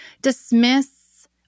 dismiss